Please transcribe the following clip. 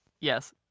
yes